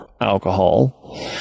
alcohol